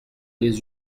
les